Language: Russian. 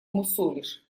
мусолишь